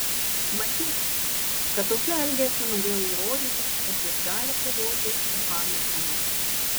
matyt kad tokiu elgesiu norėjo įrodyti kad jis gali kovoti su hamiltonu